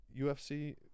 ufc